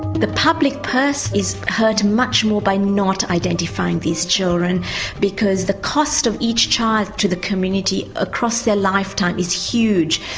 the public purse is hurt much more by not identifying these children because the cost of each child to the community across their lifetime is huge.